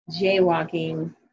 jaywalking